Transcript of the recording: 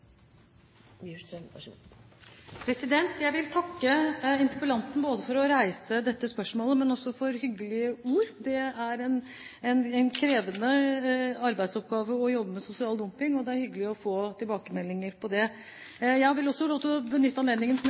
Jeg vil takke interpellanten både for å reise dette spørsmålet og for hyggelige ord. Det er en krevende oppgave å jobbe med sosial dumping, og det er hyggelig å få tilbakemeldinger på det. Jeg vil også få benytte anledningen til, som jeg for så vidt gjorde i innledningen min, å rose partene, som